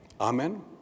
Amen